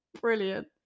brilliant